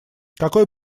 какой